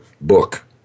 book